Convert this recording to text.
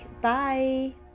Bye